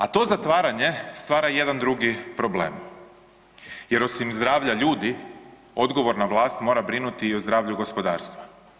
A to zatvaranje stvara jedan drugi problem jer osim zdravlja ljudi odgovorna vlast mora brinuti i o zdravlju gospodarstva.